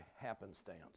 happenstance